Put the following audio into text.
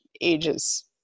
ages